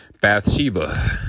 Bathsheba